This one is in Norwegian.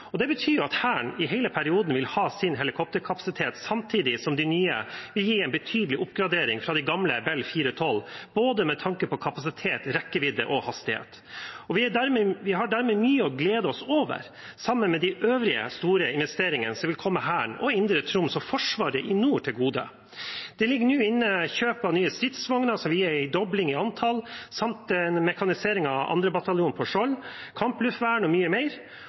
2024. Det betyr at Hæren i hele perioden vil ha sin helikopterkapasitet samtidig som de nye vil gi en betydelig oppgradering fra de gamle Bell 412, med tanke på både kapasitet, rekkevidde og hastighet. Vi har dermed mye å glede oss over, sammen med de øvrige store investeringene som vil komme Hæren, Indre Troms og Forsvaret i nord til gode. Det ligger nå inne kjøp av nye stridsvogner, som vil gi en dobling i antall, samt en mekanisering av 2. bataljon på Skjold, kampluftvern og mye mer.